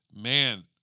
Man